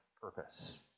purpose